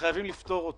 שחייבים לפתור אותו